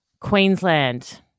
Queensland